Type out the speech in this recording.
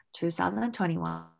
2021